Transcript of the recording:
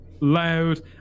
loud